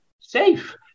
safe